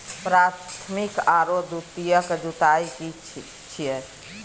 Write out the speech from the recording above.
प्राथमिक आरो द्वितीयक जुताई की छिये?